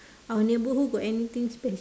our neighbourhood got anything special or not